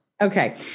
Okay